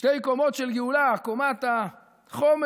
בשתי קומות של גאולה: קומת החומר,